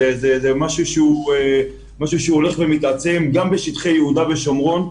זה משהו שהוא הולך ומתעצם גם בשטחי יהודה ושומרון.